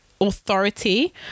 authority